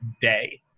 day